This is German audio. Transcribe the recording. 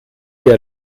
der